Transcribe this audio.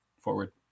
forward